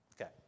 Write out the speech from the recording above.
Okay